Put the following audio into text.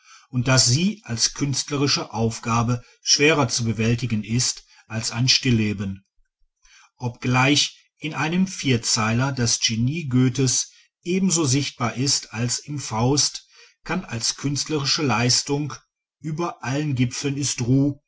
und daß sie als künstlerische aufgabe schwerer zu bewältigen ist als ein stilleben obgleich in einem vierzeiler das genie goethes ebenso sichtbar ist als im faust kann als künstlerische leistung über allen gipfeln ist ruh